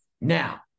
Now